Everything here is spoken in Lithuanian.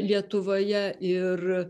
lietuvoje ir